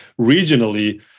regionally